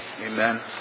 Amen